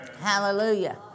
Hallelujah